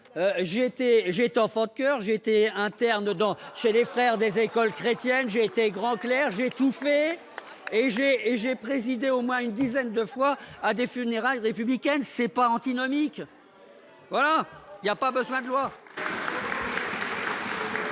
j'étais enfant, coeur, j'ai été interne dedans chez les Frères des écoles chrétiennes, j'ai été grand clergé et j'ai et j'ai présidé au moins une dizaine de fois à des funérailles républicaine c'est pas antinomique, voilà, il y a pas besoin de loi.